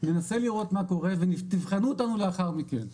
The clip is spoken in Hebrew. ננסה לראות מה קורה ותבחנו אותנו לאחר מכן.